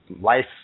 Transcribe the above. life